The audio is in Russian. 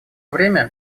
время